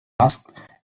asked